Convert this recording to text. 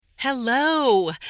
Hello